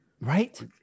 right